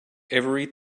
every